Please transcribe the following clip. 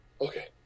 okay